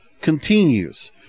continues